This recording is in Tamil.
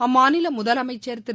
அம்மாநில முதலமைச்சர் திரு